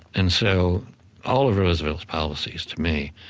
and so all of roosevelt's policies, to me,